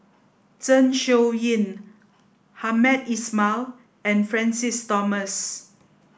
Zeng Shouyin Hamed Ismail and Francis Thomas